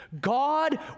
God